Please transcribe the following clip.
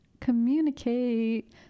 communicate